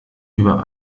über